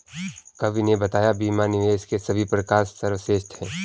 कवि ने बताया बीमा निवेश के सभी प्रकार में सर्वश्रेष्ठ है